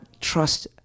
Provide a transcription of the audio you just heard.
trust